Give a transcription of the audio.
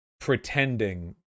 pretending